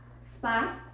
spot